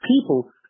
people